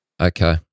Okay